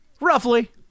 Roughly